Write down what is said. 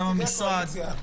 גם במשרד.